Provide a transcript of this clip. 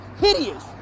hideous